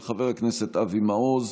של חבר הכנסת אבי מעוז,